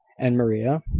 and maria?